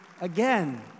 again